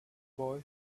boy